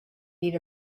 need